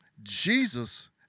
Jesus